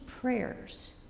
prayers